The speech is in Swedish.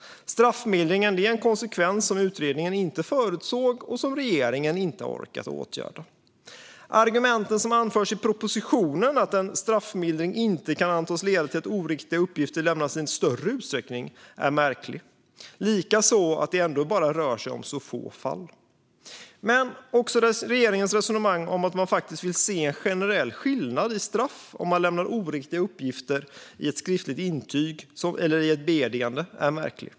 Straffmildringen är en konsekvens som utredningen inte förutsåg och som regeringen inte har orkat åtgärda. Argumentet som anförs i propositionen om att en straffmildring inte kan antas leda till att oriktiga uppgifter lämnas i större utsträckning är märklig, likaså att det rör sig om få fall. Också regeringens resonemang om att man vill se en generell skillnad i straff om någon lämnar oriktiga uppgifter i ett skriftligt intyg eller i ett beedigande är märkligt.